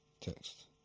text